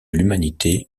l’humanité